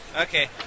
Okay